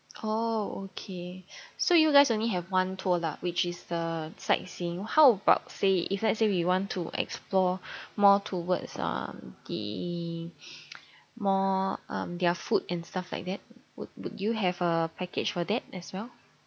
oh okay so you guys only have one tour lah which is the sightseeing how about say if let's say we want to explore more towards um the more um their food and stuff like that would would you have a package for that as well